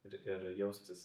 ir ir jaustis